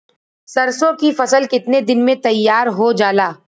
सरसों की फसल कितने दिन में तैयार हो जाला?